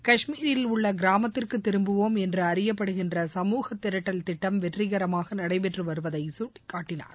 காஷ்மீரில் உள்ள கிராமத்திற்கு திரும்புவோம் என்று அறியப்படுகின்ற சமூக திரட்டல் திட்டம் வெற்றிகரமாக நடைபெற்று வருவதை சுட்டிக்காட்டினார்